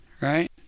right